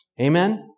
Amen